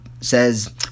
says